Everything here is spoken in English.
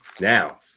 Now